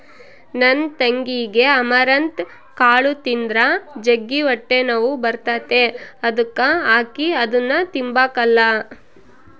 ನನ್ ತಂಗಿಗೆ ಅಮರಂತ್ ಕಾಳು ತಿಂದ್ರ ಜಗ್ಗಿ ಹೊಟ್ಟೆನೋವು ಬರ್ತತೆ ಅದುಕ ಆಕಿ ಅದುನ್ನ ತಿಂಬಕಲ್ಲ